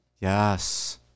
Yes